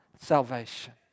salvation